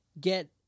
get